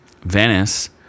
venice